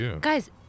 guys